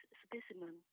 specimen